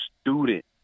student